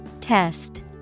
Test